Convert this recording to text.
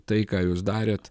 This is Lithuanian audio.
tai ką jūs darėt